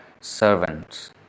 servants